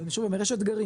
ואני שוב אומר יש אתגרים,